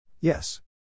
Yes